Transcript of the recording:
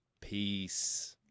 Peace